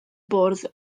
bwrdd